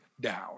down